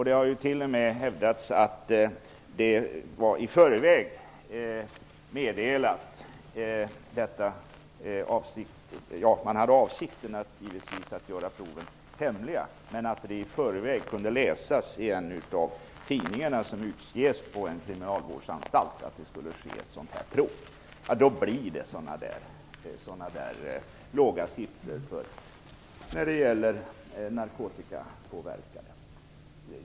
Det har t.o.m. hävdats att det i förväg hade meddelats i en tidning som utges på en kriminalvårdsanstalt att ett sådant här prov skulle genomföras - trots att man hade för avsikt att göra proven hemliga. Då blir det sådana där låga siffror vad gäller antalet narkotikapåverkade.